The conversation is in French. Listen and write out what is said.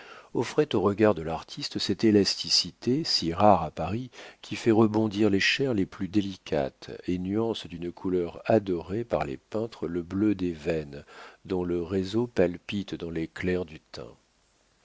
offrait au regard de l'artiste cette élasticité si rare à paris qui fait rebondir les chairs les plus délicates et nuance d'une couleur adorée par les peintres le bleu des veines dont le réseau palpite dans les clairs du teint